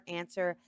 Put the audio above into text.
answer